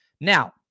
Now